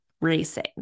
racing